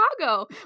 Chicago